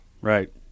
Right